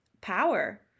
power